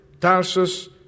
Tarsus